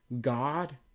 God